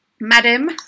Madam